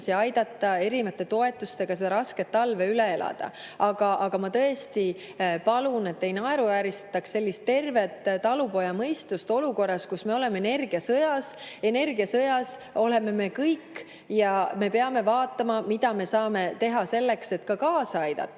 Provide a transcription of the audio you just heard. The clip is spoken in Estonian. aidata erinevate toetustega see raske talv üle elada. Aga ma tõesti palun, et te ei naeruvääristaks sellist tervet talupojamõistust olukorras, kus me oleme energiasõjas. Energiasõjas oleme me kõik ja me peame vaatama, mida me saame teha selleks, et ka kaasa aidata.